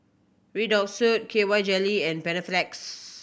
Redoxon K Y Jelly and Panaflex